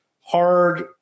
hard